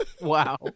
Wow